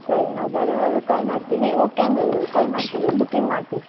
ಸರಿ ನಾವು ಬರುವಾಗ ಕಾಲ್ ಮಾಡ್ತೀವಿ ಓಕೆ ಅಂದರೆ ನಿಮ್ಗೆ ಕಾಲ್ ಮಾಡ್ತೀವಿ ಬುಕಿಂಗ್ ಮಾಡ್ತೀವಿ